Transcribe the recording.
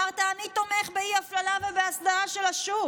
אמרת: אני תומך באי-הפללה ובהסדרה של השוק.